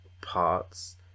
parts